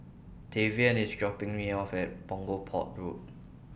Tavian IS dropping Me off At Punggol Port Road